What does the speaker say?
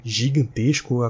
gigantesco